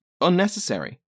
unnecessary